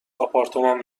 آپارتمان